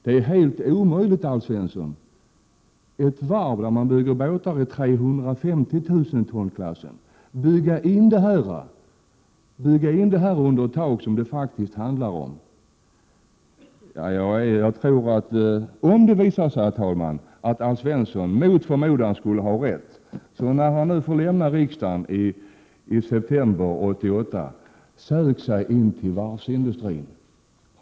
Det är helt omöjligt, Alf Svensson, att ett varv där man bygger båtar i 350 000 tonsklassen skulle kunna bygga in allt under ett tak. Herr talman! Om det mot förmodan skulle visa sig att Alf Svensson har rätt, tycker jag att han när han nu får lämna riksdagen i september 1988 skall söka sig till varvsindustrin.